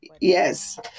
Yes